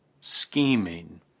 scheming